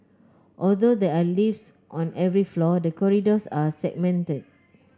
although there are lifts on every floor the corridors are segmented